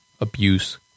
abuse